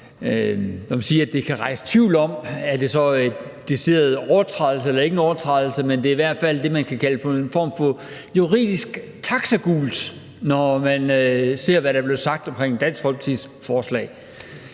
Man kan sige, at det kan rejse tvivl om, om det så er en decideret overtrædelse eller ikke en overtrædelse. Men det er i hvert fald det, man kan kalde for en form for juridisk taxagult, når man ser, hvad der er blevet sagt om Dansk Folkepartis forslag.